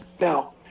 Now